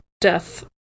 death